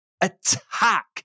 attack